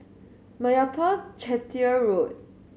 Meyappa Chettiar Road